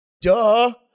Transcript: Duh